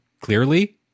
clearly